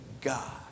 God